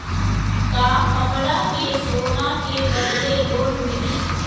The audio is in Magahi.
का हमरा के सोना के बदले लोन मिलि?